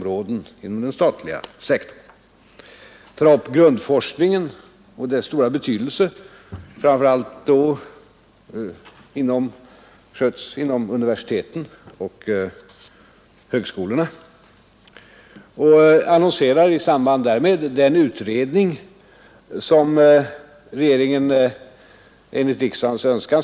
Regeringen har uttalat att det i dagens läge är mest angeläget att sådan forskning stimuleras som kan bidraga till att förbättra den enskildes livsvillkor i den tekniskt och socialt föränderliga samhällsmiljön.